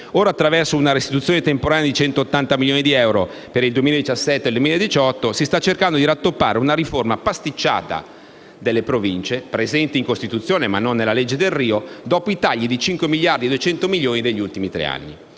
Ora, attraverso una restituzione temporanea di 180 milioni di euro per il 2017 e il 2018, si sta cercando di rattoppare una riforma pasticciata delle Province - presenti in Costituzione, ma non nella cosiddetta legge Delrio - dopo i tagli di 5 miliardi e duecento milioni degli ultimi tre anni.